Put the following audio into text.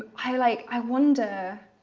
i like i wonder